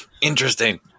interesting